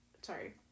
sorry